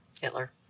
Hitler